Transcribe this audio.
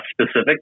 specific